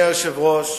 אדוני היושב-ראש,